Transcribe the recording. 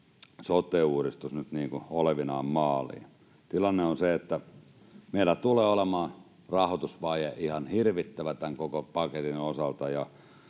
sote-uudistus nyt olevinaan maaliin. Tilanne on se, että meillä tulee olemaan rahoitusvaje ihan hirvittävä tämän koko paketin osalta,